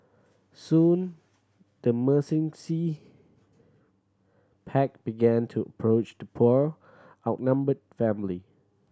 soon the pack began to approach to poor outnumbered family